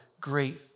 great